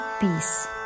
peace